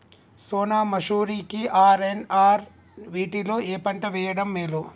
సోనా మాషురి కి ఆర్.ఎన్.ఆర్ వీటిలో ఏ పంట వెయ్యడం మేలు?